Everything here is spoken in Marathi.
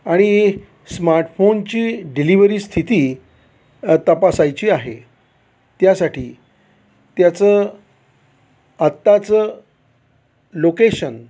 आणि स्मार्टफोनची डिलिव्हरी स्थिती तपासायची आहे त्यासाठी त्याचं आत्ताचं लोकेशन